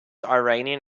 iranian